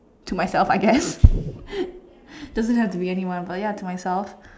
to myself I guess doesn't have to be anyone but ya to myself